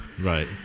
Right